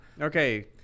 Okay